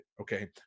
Okay